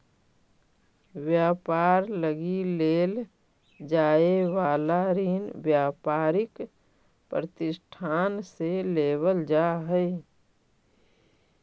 व्यापार लगी लेल जाए वाला ऋण व्यापारिक प्रतिष्ठान से लेवल जा हई